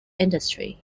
industry